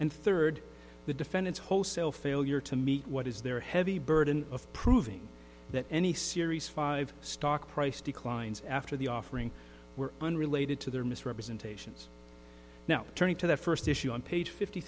and third the defendant's wholesale failure to meet what is their heavy burden of proving that any series five stock price declines after the offering were unrelated to their misrepresentations now turning to the first issue on page fifty